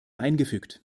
eingefügt